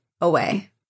away